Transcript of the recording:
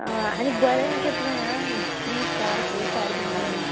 आं आनी बरें अशें पय आ थ्री स्टार फोर स्टार बीन म्हणून